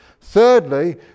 Thirdly